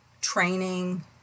training